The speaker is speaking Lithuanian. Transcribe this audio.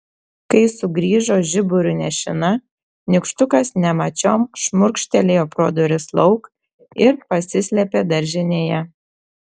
kai sugrįžo žiburiu nešina nykštukas nemačiom šmurkštelėjo pro duris lauk ir pasislėpė daržinėje